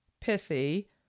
pithy